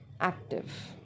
active